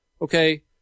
Okay